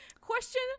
question